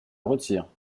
retire